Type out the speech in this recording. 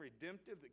redemptive